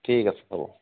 ঠিক আছে হ'ব